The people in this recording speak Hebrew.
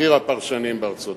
בכיר הפרשנים בארצות-הברית.